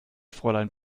fräulein